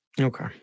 Okay